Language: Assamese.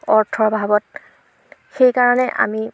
অৰ্থৰ অভাৱত সেইকাৰণে আমি